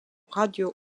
radio